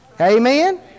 Amen